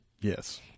Yes